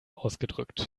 ausgedrückt